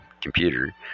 computer